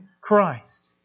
Christ